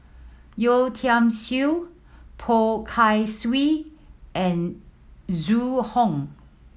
Yeo Tiam Siew Poh Kay Swee and Zhu Hong